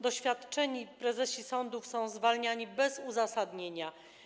Doświadczeni prezesi sądów są zwalniani bez uzasadnienia.